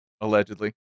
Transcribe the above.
Allegedly